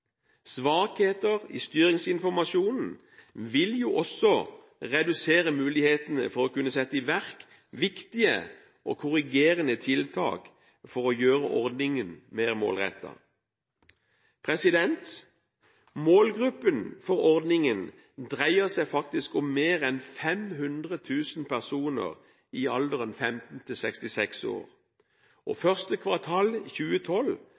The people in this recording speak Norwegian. Svakheter i styringsinformasjonen vil jo også redusere mulighetene for å kunne sette i verk viktige og korrigerende tiltak for å gjøre ordningen mer målrettet. Målgruppen for ordningen dreier seg faktisk om mer enn 500 000 personer i alderen 15–66 år. I første kvartal 2012